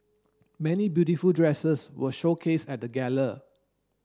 many beautiful dresses were showcase at the gala